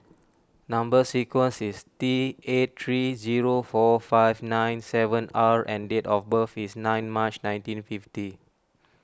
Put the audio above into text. Number Sequence is T eight three zero four five nine seven R and date of birth is nine March nineteen fifty